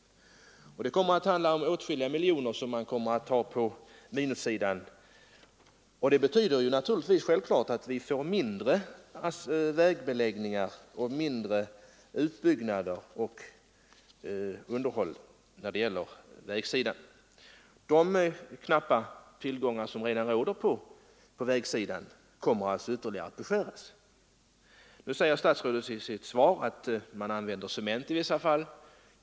Det kommer att handla om åtskilliga miljoner kronor på minussidan, och det betyder självfallet att vi får mindre utbyggnader och underhåll på vägsidan än beräknat. De knappa tillgångar som redan finns på vägsidan kommer alltså att ytterligare beskäras. Nu säger statsrådet i sitt svar att man använder cement i vissa fall.